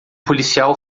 policial